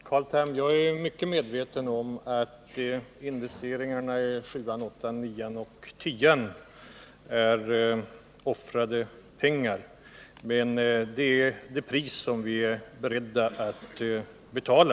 Herr talman! Jag är mycket medveten om att investeringarna i sjuan, åttan, nian och tian är offrade pengar, Carl Tham, men det är det pris som vi är beredda att betala.